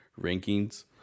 rankings